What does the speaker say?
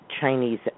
Chinese